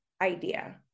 idea